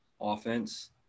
offense